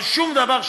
אבל שום דבר,